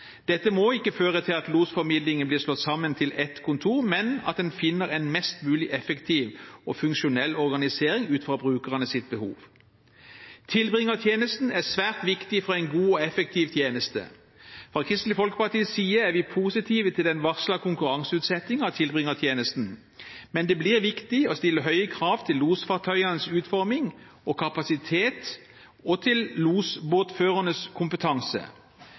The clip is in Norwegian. Dette må ikke føre til at losformidlingen blir slått sammen til ett kontor, men at en finner en mest mulig effektiv og funksjonell organisering ut fra brukernes behov. Tilbringertjenesten er svært viktig for en god og effektiv tjeneste. Fra Kristelig Folkepartis side er vi positive til den varslede konkurranseutsettingen av tilbringertjenesten. Men det blir viktig å stille høye krav til losfartøyenes utforming og kapasitet og til losbåtførernes kompetanse.